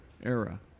era